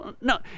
no